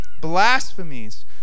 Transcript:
blasphemies